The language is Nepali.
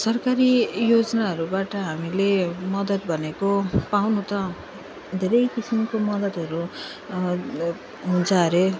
सरकारी योजनाहरूबाट हामीले मदत भनेको पाउनु त धेरै किसिमको मदतहरू हुन्छ हरे